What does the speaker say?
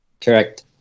Correct